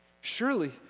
surely